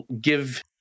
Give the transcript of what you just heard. give